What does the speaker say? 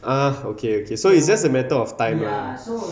ah okay okay so it's just a matter of time lah